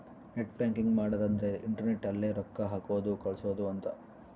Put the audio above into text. net banking ಮಾಡದ ಅಂದ್ರೆ internet ಅಲ್ಲೆ ರೊಕ್ಕ ಹಾಕೋದು ಕಳ್ಸೋದು ಅಂತ